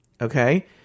okay